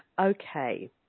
okay